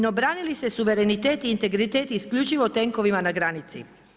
No brani li se suverenitet i integritet isključivo tenkovima na granici?